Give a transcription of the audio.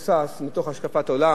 או שש מתוך השקפת עולם,